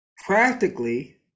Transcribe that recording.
practically